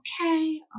okay